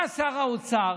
בא שר האוצר,